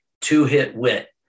Two-Hit-Wit